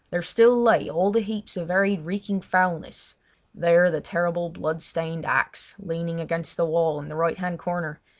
there still lay all the heaps of varied reeking foulness there the terrible blood-stained axe leaning against the wall in the right hand corner,